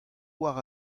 war